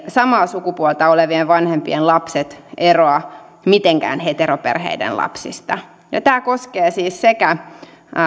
samaa sukupuolta olevien vanhempien lapset eivät eroa mitenkään heteroperheiden lapsista tämä koskee siis sekä